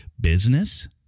business